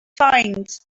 find